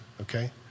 okay